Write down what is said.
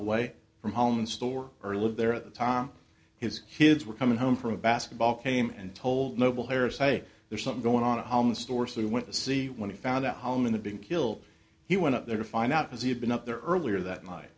away from home and store or live there at the time his kids were coming home from basketball came and told noble harris hey there's something going on at home store so we went to see when he found that home in the being killed he went up there to find out as he had been up there earlier that night